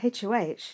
HOH